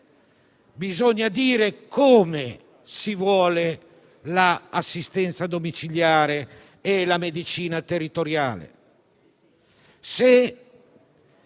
Bisogna dire come si vuole l'assistenza domiciliare e la medicina territoriale;